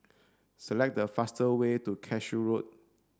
select the fastest way to Cashew Road